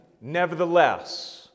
nevertheless